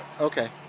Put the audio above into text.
Okay